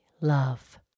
love